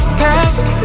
past